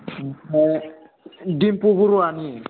ओमफ्राय डिम्पु बरुवानि